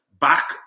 back